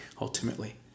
ultimately